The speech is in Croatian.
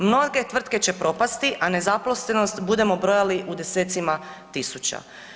Mnoge tvrtke će propasti, a nezaposlenost budemo brojali u desecima tisuća.